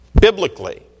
biblically